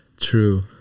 True